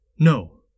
No